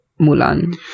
Mulan